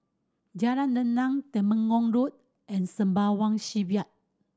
Jalan Rendang Temenggong Road and Sembawang Shipyard